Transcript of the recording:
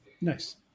Nice